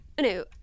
No